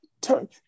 turn